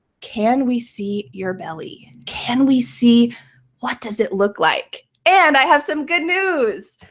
can we see your belly? can we see what does it look like? and i have some good news.